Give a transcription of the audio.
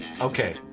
Okay